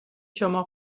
شما